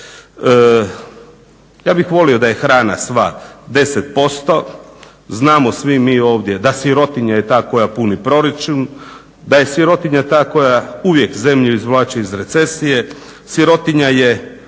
Ja bih volio da je hrana sva 10%, znamo svi mi ovdje da sirotinja je ta koja puni proračun, da je sirotinja ta koja uvijek zemlju izvlači iz recesije, sirotinja je